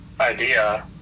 idea